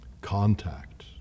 contact